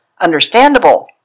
understandable